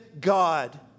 God